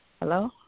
hello